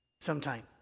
sometime